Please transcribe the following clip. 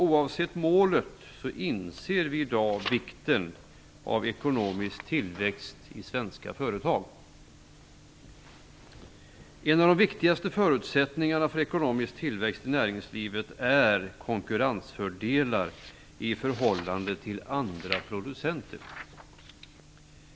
Oavsett målet inser vi i dag vikten av ekonomisk tillväxt i svenska företag. En av de viktigaste förutsättningarna för ekonomisk tillväxt i näringslivet är konkurrensfördelar i förhållande till andra producenter.